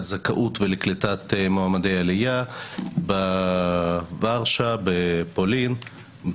זכאות ולקליטת מועמדי עלייה בוורשה בפולין,